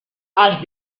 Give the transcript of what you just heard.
els